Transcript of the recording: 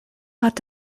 hat